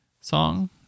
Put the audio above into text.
song